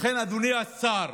אדוני השר,